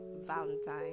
Valentine